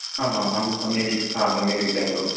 आम् आम् अहं सम्यग् रीत् हा सम्यकग्रीत्या करोमि